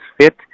fit